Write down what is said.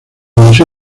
museo